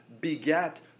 beget